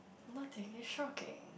nothing is shocking